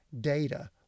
data